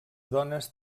dones